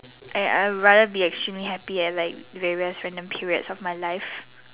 I I rather be extremely happy at like various random period of my life